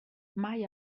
mai